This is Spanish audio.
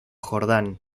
jordán